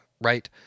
right